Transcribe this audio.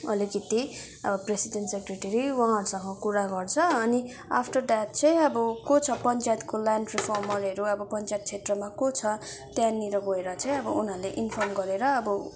अलिकति president secretary उहाँहरूसँग कुरा गर्छ अनि आफ्टर द्याट चाहिँ को छ पञ्चायतको ल्यान्ड रिफर्मरहरू अब पञ्चायत क्षेत्रमा को छ त्यहाँनिर गएर जग्गा उनीहरूले इन्फर्म गरेर अब